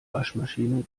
waschmaschine